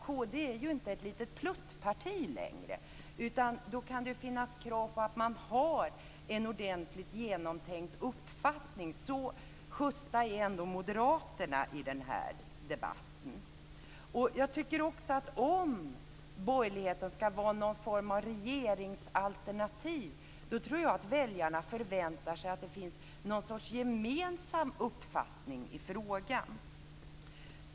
Kd är ju inte ett litet pluttparti längre, och då kan det finnas krav på att man har en ordentligt genomtänkt uppfattning. Så schysta är ändå moderaterna i den här debatten. Om borgerligheten ska vara någon form av regeringsalternativ tror jag också att väljarna förväntar sig att det finns något sorts gemensam uppfattning i frågan.